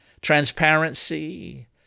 transparency